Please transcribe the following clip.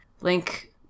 Link